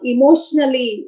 Emotionally